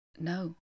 No